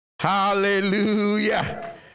Hallelujah